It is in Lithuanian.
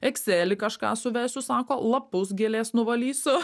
ekselį kažką suvesiu sako lapus gėlės nuvalysiu